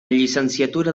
llicenciatura